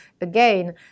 Again